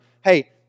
Hey